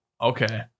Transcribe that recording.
Okay